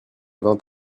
vingt